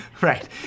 right